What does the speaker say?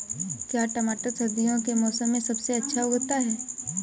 क्या टमाटर सर्दियों के मौसम में सबसे अच्छा उगता है?